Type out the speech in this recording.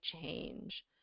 change